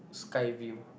Skyview